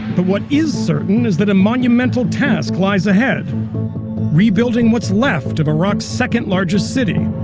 but what is certain is that a monumental task lies ahead rebuilding what's left of iraq's second largest city.